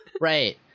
Right